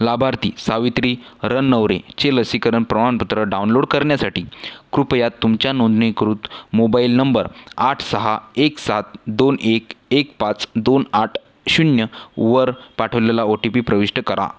लाभार्थी सावित्री रणनवरेचे लसीकरण प्रमाणपत्र डाउनलोड करण्यासाठी कृपया तुमच्या नोंदणीकृत मोबाइल नंबर आठ सहा एक सात दोन एक एक पाच दोन आठ शून्यवर पाठवलेला ओ टी पी प्रविष्ट करा